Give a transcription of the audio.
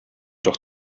doch